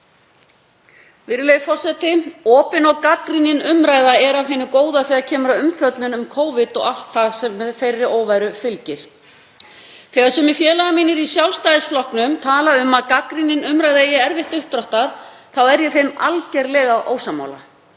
Virðulegi forseti. Opin og gagnrýnin umræða er af hinu góða þegar kemur að umfjöllun um Covid og allt það sem þeirri óværu fylgir. Þegar sumir félagar mínir í Sjálfstæðisflokknum tala um að gagnrýnin umræða eigi erfitt uppdráttar þá er ég þeim algjörlega ósammála.